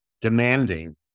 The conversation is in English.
demanding